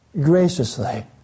graciously